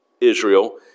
Israel